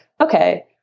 okay